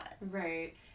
right